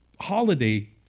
holiday